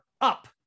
up